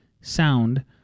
sound